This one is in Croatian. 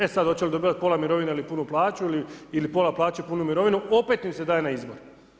E sad, hoće li dobivati pola mirovine ili punu plaću ili pola plaće punu mirovinu opet im se daje na izbor.